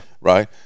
right